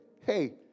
hey